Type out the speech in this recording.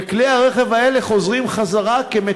וכלי הרכב האלה חוזרים כמתוקנים.